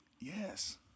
yes